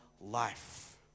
life